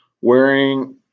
wearing